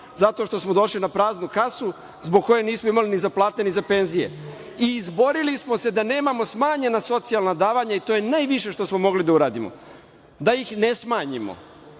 zato što smo došli na praznu kasu zbog koje nismo imali ni za plate, ni za penzije. Izborili smo se da nemamo smanjena socijalna davanja i to je najviše što smo mogli da uradimo, da ih ne smanjimo,